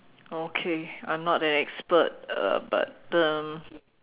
okay I'm not an expert uh but um